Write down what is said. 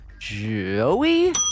Joey